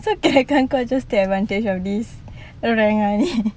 so kirakan kau just take advantage of this the rank lah ini